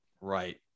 right